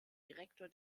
direktor